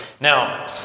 Now